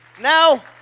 Now